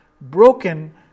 broken